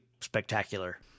spectacular